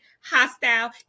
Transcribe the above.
hostile